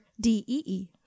D-E-E